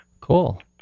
Cool